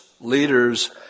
leaders